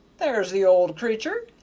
there's the old creatur',